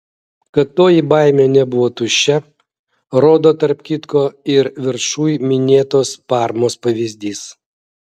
kad toji baimė nebuvo tuščia rodo tarp kitko ir viršuj minėtos parmos pavyzdys